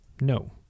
No